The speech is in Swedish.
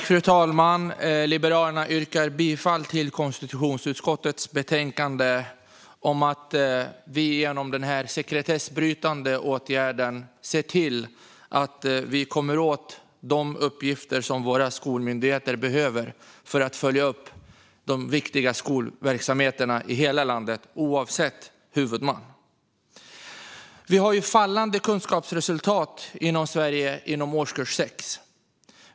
Fru talman! Jag och Liberalerna yrkar bifall till konstitutionsutskottets förslag om att vi genom denna sekretessbrytande åtgärd ser till att vi kommer åt de uppgifter som våra skolmyndigheter behöver för att följa upp de viktiga skolverksamheterna i hela landet, oavsett huvudman. Vi har ju fallande kunskapsresultat i Sverige inom årskurs 6.